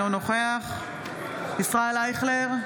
אינו נוכח ישראל אייכלר,